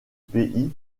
pays